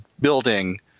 building